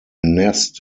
nest